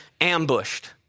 ambushed